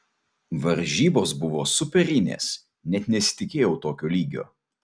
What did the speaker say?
varžybos buvo superinės net nesitikėjau tokio lygio